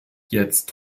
jetzt